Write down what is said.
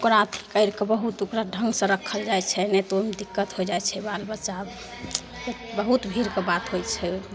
ओकरा अथी करिके बहुत ओकरा ढङ्गसे राखल जाइ छै नहि तऽ ओहिमे दिक्कत होइ जाइ छै बाल बच्चा बहुत भीड़के बात होइ छै ओ